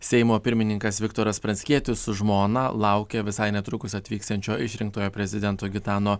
seimo pirmininkas viktoras pranckietis su žmona laukia visai netrukus atvyksiančio išrinktojo prezidento gitano